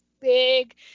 big